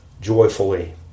joyfully